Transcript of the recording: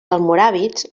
almoràvits